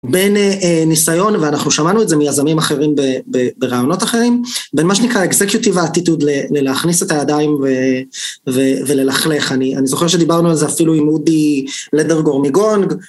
בין ניסיון, ואנחנו שמענו את זה מיזמים אחרים ברעיונות אחרים, בין מה שנקרא executive attitude ללהכניס את הידיים וללכלך. אני זוכר שדיברנו על זה אפילו עם אודי לדרגור מגונג.